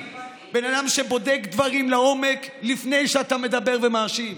בן אדם שבודק דברים לעומק לפני שהוא מדבר ומאשים.